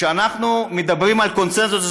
כשאנחנו מדברים על קונסנזוס,